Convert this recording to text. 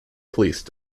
police